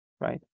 right